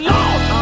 Lord